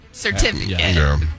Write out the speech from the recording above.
Certificate